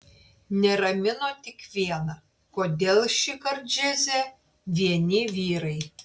neramino tik viena kodėl šįkart džiaze vieni vyrai